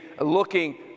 looking